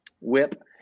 whip